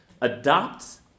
adopts